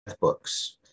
books